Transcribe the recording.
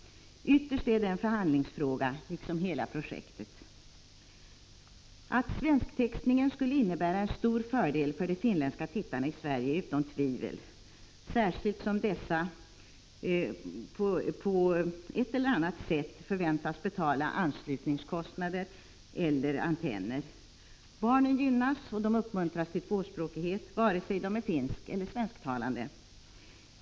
Ytterst är det en förhandlingsfråga, liksom hela projektet. Att svensktextningen skulle innebära en stor fördel för de finländska tittarna i Sverige är utom tvivel, särskilt som dessa på ett eller annat sätt förväntas betala anslutningskostnader eller antenner. Barnen gynnas. De uppmuntras till tvåspråkighet, vare sig de är finskeller svensktalande.